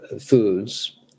foods